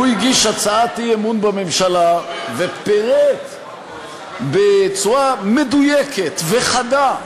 הוא הגיש הצעת אי-אמון בממשלה ופירט בצורה מדויקת וחדה,